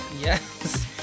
Yes